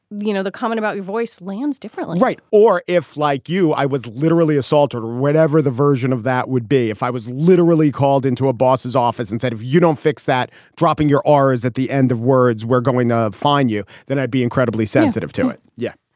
you know, the comment about your voice lands differently, right? or if like you, i was literally assaulted or whatever the version of that would be if i was literally called into a boss's office and said, if you don't fix that, dropping your rs at the end of words, we're going to find you. then i'd be incredibly sensitive to it yeah.